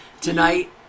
Tonight